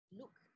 look